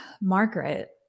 margaret